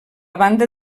banda